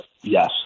Yes